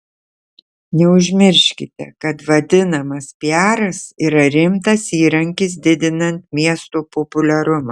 neužmirškite kad vadinamas piaras yra rimtas įrankis didinant miesto populiarumą